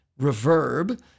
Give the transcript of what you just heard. reverb